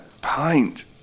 pint